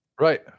right